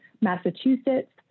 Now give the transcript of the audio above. Massachusetts